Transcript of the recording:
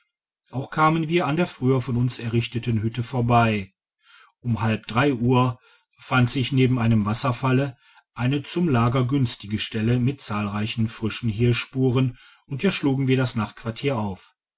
auch kamen wir an der früher von uns errichteten hütte vorbei um halb drei uhr fand sich neben einem wasserfalle eine zum lager günstige stelle mit zahlreichen frischen hirschspuren und hier schlugen wir das nachtquartier auf